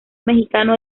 mexicano